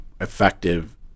effective